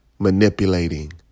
manipulating